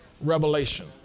revelation